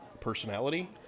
personality